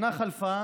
שנה חלפה